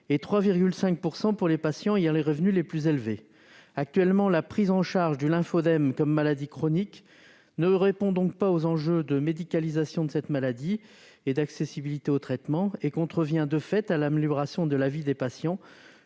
et 3,5 % pour les patients ayant les revenus les plus élevés. Actuellement, la prise en charge du lymphoedème comme maladie chronique ne répond donc pas aux enjeux de médicalisation de cette maladie et d'accessibilité aux traitements, et contrevient de fait à l'amélioration de la vie des patients,